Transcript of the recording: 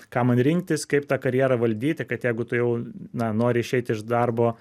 ką man rinktis kaip tą karjerą valdyti kad jeigu tu jau na nori išeiti iš darbo